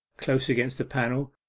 close against the panel,